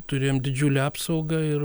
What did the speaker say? turėjom didžiulę apsaugą ir